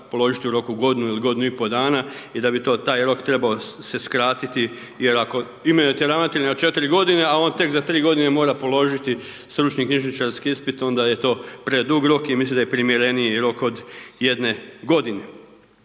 položiti u roku godinu ili godinu i pol dana i da bi to taj rok trebao se skratiti jer ako imenujete ravnatelja na 4 godine, a on tek za 3 godine mora položiti stručni knjižničarski ispit, onda je to predug rok i mislim da je primjereniji rok od jedne godine.